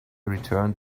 returned